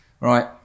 right